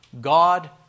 God